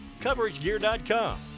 CoverageGear.com